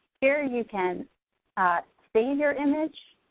here you can save your image,